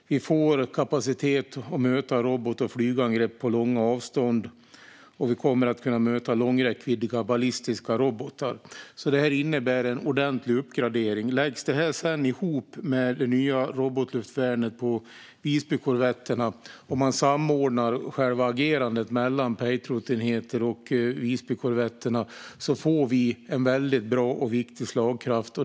Vi får kapacitet att möta robot och flygangrepp på långa avstånd. Vi kommer att kunna möta långräckviddiga ballistiska robotar. Det innebär en ordentlig uppgradering. Läggs det sedan ihop med det nya robotluftvärnet på Visbykorvetterna och man samordnar själva agerandet mellan Patriotenheter och Visbykorvetterna får vi en väldigt bra och viktig slagkraft.